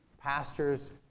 pastors